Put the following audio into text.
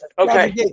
Okay